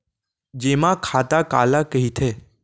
जेमा खाता काला कहिथे?